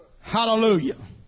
Hallelujah